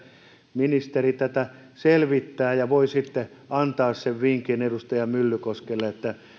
ministeri tätä selvittää ja voi sitten antaa sen vinkin edustaja myllykoskelle että